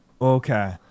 Okay